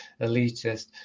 elitist